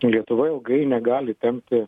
lietuva ilgai negali tempti